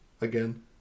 Again